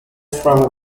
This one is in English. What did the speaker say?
from